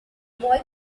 boy